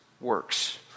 works